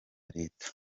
leta